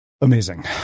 Amazing